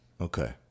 okay